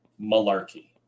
Malarkey